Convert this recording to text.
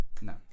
No